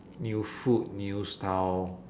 new food new style